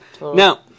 Now